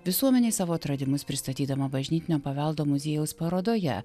visuomenei savo atradimus pristatydama bažnytinio paveldo muziejaus parodoje